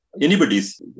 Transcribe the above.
Anybody's